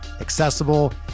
accessible